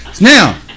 Now